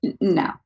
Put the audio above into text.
No